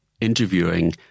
interviewing